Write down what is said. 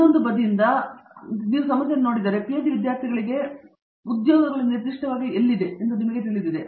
full ಬದಿಯಿಂದ ಇತರ ಭಾಗದಿಂದ ನೀವು ಸಮಸ್ಯೆಯನ್ನು ನೋಡಿದರೆ ಪಿಎಚ್ಡಿ ವಿದ್ಯಾರ್ಥಿಗಳಿಗೆ ಉದ್ಯೋಗಗಳು ನಿರ್ದಿಷ್ಟವಾಗಿ ಎಲ್ಲಿವೆ ಎನ್ನುವುದರ ಬಗ್ಗೆ ನಿಮಗೆ ತಿಳಿದಿವೆ